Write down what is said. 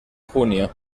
junio